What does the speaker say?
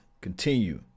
continue